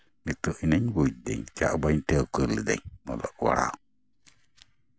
ᱱᱤᱛᱚᱜ ᱟᱱᱟᱜ ᱵᱩᱡᱽ ᱫᱟᱹᱧ ᱪᱟᱜ ᱵᱟᱹᱧ ᱴᱷᱟᱹᱣᱠᱟᱹ ᱞᱤᱫᱟᱹᱧ ᱚᱞᱚᱜ ᱯᱟᱲᱦᱟᱣ